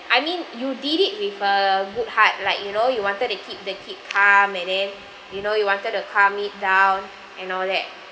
I mean you did it with a good heart like you know you wanted to keep the kid calm and then you know you wanted to calm it down and all that